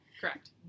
Correct